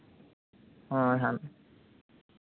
ᱦᱳᱭ ᱦᱟᱸᱜ